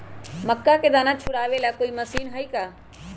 मक्का के दाना छुराबे ला कोई मशीन हई का?